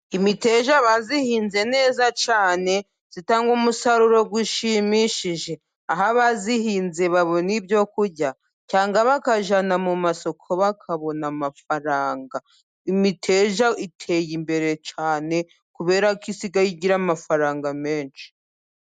Imiteja abayihinze neza cyane， itanga umusaruro ushimishije， aho abayihinze babona ibyo kurya， cyangwa bakajyana mu masoko， bakabona amafaranga， imiteja iteye imbere cyane， kubera ko isigaye igira amafaranga menshi.